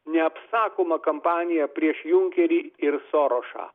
neapsakoma kampanija prieš junkerį ir sorošą